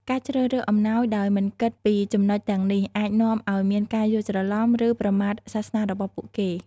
ការជ្រើសរើសអំណោយដោយមិនគិតពីចំណុចទាំងនេះ អាចនាំឲ្យមានការយល់ច្រឡំ ឬប្រមាថសាសនារបស់ពួកគេ។